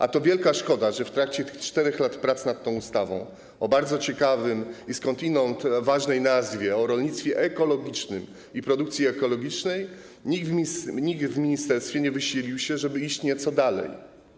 A to wielka szkoda, że w tracie 4 lat pracy nad tą ustawą o bardzo ciekawej i skądinąd ważnej nazwie: o rolnictwie ekologicznym i produkcji ekologicznej, nikt w ministerstwie nie wysilił się, żeby pójść nieco dalej.